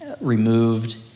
removed